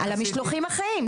על המשלוחים החיים,